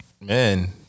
man